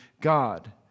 God